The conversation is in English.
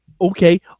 Okay